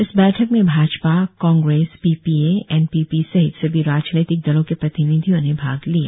इस बैठक में Bhajpa Congress P P A N P P सहित सभी राजनीतिक दलों के प्रतिनिधियों ने भाग लिया